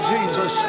Jesus